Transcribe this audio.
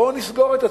בואו נסגור את עצמנו.